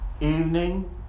Evening